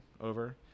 over